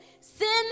sin